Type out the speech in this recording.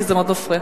כי זה מאוד מפריע.